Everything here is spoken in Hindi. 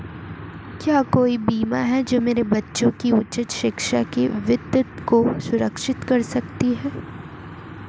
क्या कोई बीमा है जो मेरे बच्चों की उच्च शिक्षा के वित्त को सुरक्षित करता है?